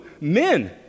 Men